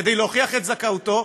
כדי להוכיח את זכאותו,